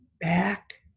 back